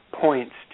points